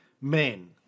men